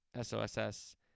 SOSS